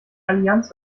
allianz